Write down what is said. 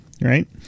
right